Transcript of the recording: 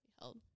held